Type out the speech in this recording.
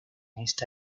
esta